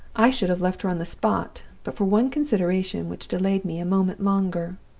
i should have left her on the spot, but for one consideration which delayed me a moment longer.